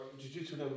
Jiu-Jitsu